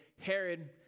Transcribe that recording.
Herod